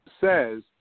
says